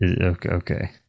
Okay